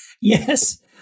Yes